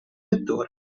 lettore